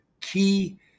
key